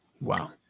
Wow